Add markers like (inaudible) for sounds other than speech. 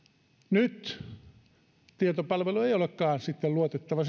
nyt tietopalvelu ei olekaan sitten luotettava (unintelligible)